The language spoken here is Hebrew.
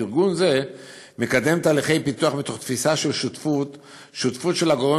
ארגון זה מקדם תהליכי פיתוח מתוך תפיסה של שותפות של הגורם